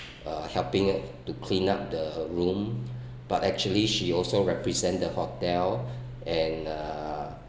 uh helping to clean up the room but actually she also represent the hotel and uh